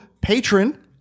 patron